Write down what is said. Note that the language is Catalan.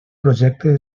projecte